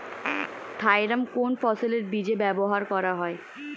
Thiram কোন ফসলের বীজে ব্যবহার করা হয়?